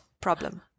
problem